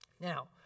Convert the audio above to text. Now